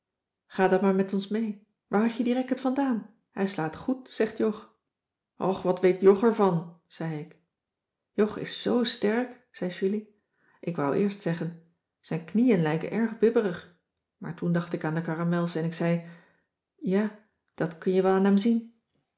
ga dan maar met ons mee waar had je die racket vandaan hij slaat goed zegt jog och wat weet jog ervan zei ik jog is zo sterk zei julie ik wou eerst zeggen zijn knieën lijken erg bibberig maar toen dacht ik aan de caramels en ik zei ja dat kun je wel aan hem zien